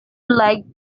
like